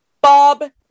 Bob